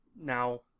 now